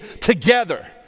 together